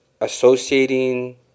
associating